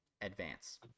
Advance